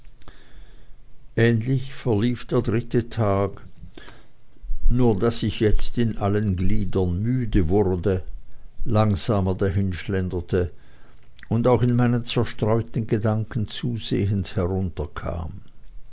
ähnlich verlief der dritte tag nur daß ich jetzt in allen gliedern müde wurde langsamer dahinschlenderte und auch in meinen zerstreuten gedanken zusehends herunterkam